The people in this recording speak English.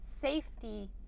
safety